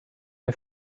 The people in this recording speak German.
der